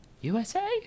USA